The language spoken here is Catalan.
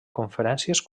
conferències